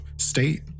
state